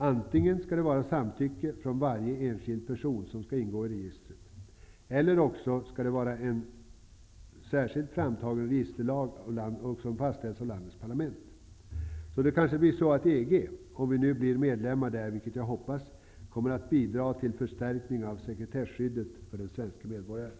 Antingen skall det vara samtycke från varje enskild person som skall ingå i registret, eller också skall det vara en särskilt framtagen registerlag som fastställs av landets parlament. Det kanske blir så, att EG -- om vi nu blir medlemmar, och det hoppas jag att vi blir -- kommer att bidra till en förstärkning av sekretesskyddet för den svenske medborgaren.